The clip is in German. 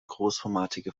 großformatige